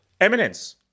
eminence